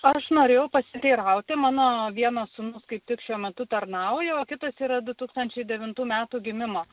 aš norėjau pasiteirauti mano vienas sūnus kaip tik šiuo metu tarnauja o kitas yra du tūkstančiai devintų metų gimimo